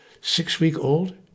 six-week-old